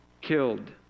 killed